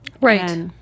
Right